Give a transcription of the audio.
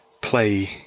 play